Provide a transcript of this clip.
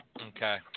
Okay